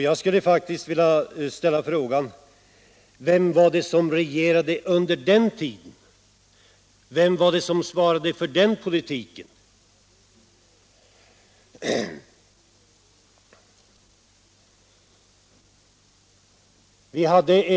Jag skulle faktiskt vilja ställa frågan: Vem var det som regerade under den tiden, vemi var det som svarade för den politiken?